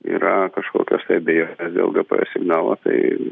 yra kažkokios tai abejonės dėl gps signalo tai